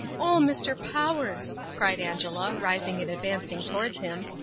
oh, mr. powers, cried angela, rising and advancing towards him,